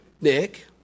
Nick